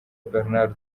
bernard